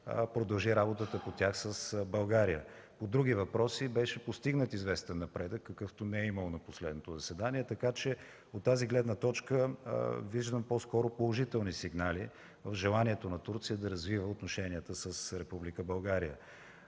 продължи работата по тях с България. По други въпроси беше постигнат известен напредък, какъвто не е имало на последното заседание, така че от тази гледна точка виждам по-скоро положителни сигнали в желанието на Турция да развива отношенията с Република